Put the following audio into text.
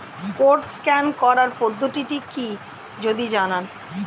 Code scan করার পদ্ধতিটি কি যদি জানান?